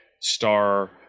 star